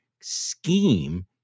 scheme